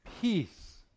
peace